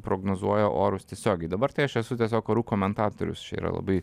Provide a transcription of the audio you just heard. prognozuoja orus tiesiogiai dabar tai aš esu tiesiog orų komentatorius čia yra labai